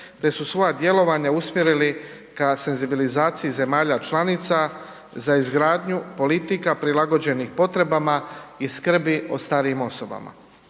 te su svoja djelovanja usmjerili ka senzibilizaciji zemalja članica za izgradnju politika prilagođenih potrebama i skrbi o starijim osobama.